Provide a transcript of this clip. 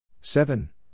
seven